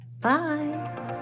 Bye